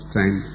time